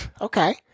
okay